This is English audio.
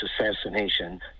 assassination